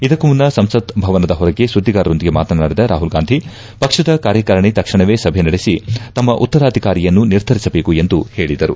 ಇದಕ್ಕೂ ಮುನ್ನ ಸಂಸತ್ ಭವನದ ಹೊರಗೆ ಸುದ್ಗಿಗಾರರೊಂದಿಗೆ ಮಾತನಾಡಿದ ರಾಹುಲ್ ಗಾಂಧಿ ಪಕ್ಷದ ಕಾರ್ಯಕಾರಿಣಿ ತಕ್ಷಣವೇ ಸಭೆ ನಡೆಸಿ ತಮ್ಮ ಉತ್ತರಾಧಿಕಾರಿಯನ್ನು ನಿರ್ಧರಿಸಬೇಕು ಎಂದು ಹೇಳದರು